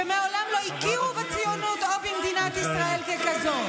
שמעולם לא הכירו בציונות או במדינת ישראל ככזאת.